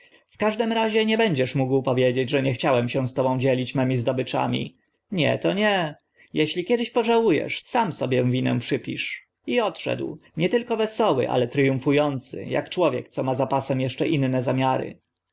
w każdym razie nie będziesz mógł powiedzieć że nie chciałem się z tobą dzielić mymi zdobyczami nie to nie jeśli kiedy pożału esz sam sobie winę przypisz i odszedł nie tylko wesoły ale tryumfu ący ak człowiek co ma za pasem eszcze inne zamiary